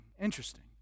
Interesting